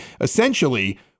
essentially